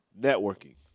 networking